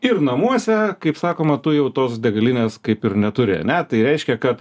ir namuose kaip sakoma tu jau tos degalinės kaip ir neturi ane tai reiškia kad